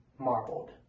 marbled